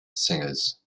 singers